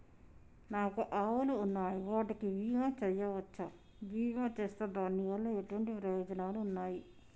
నాకు ఆవులు ఉన్నాయి వాటికి బీమా చెయ్యవచ్చా? బీమా చేస్తే దాని వల్ల ఎటువంటి ప్రయోజనాలు ఉన్నాయి?